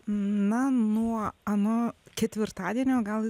na nuo ano ketvirtadienio gal